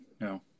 No